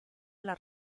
alla